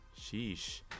Sheesh